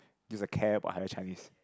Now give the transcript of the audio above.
gives a care about higher Chinese